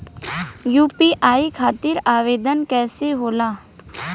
UPI खातिर आवेदन कैसे होला?